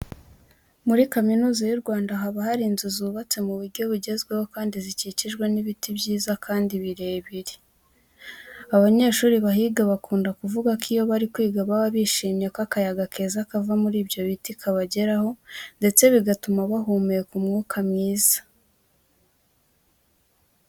Muri Kaminuza y'u Rwanda haba hari inzu zubatse mu buryo bugezweho kandi zikikijwe n'ibiti byiza kandi birebire. Abanyeshuri bahiga bakunda kuvuga ko iyo bari kwiga baba bishimiye ko akayaga keza kava muri ibyo biti kabageraho ndetse bigatuma bahumeka umwuka mwiza.